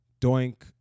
Doink